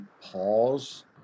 pause